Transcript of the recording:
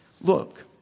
Look